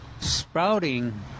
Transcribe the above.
sprouting